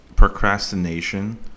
procrastination